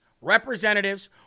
representatives